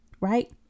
right